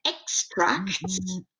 extracts